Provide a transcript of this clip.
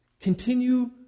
Continue